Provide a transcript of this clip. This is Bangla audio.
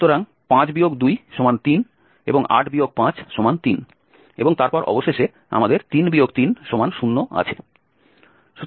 সুতরাং 5 2 3 এবং 8 5 3 এবং তারপর অবশেষে আমাদের 3 3 0 আছে